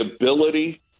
ability